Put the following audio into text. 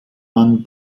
mann